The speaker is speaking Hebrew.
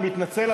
אני מתנצל,